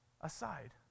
aside